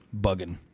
Bugging